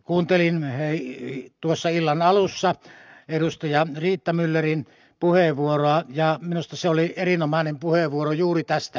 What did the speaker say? kuuntelin tuossa illan alussa edustaja riitta myllerin puheenvuoroa ja minusta se oli erinomainen puheenvuoro juuri tästä asiasta